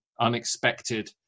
unexpected